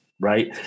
right